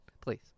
please